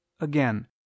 again